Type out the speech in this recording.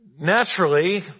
naturally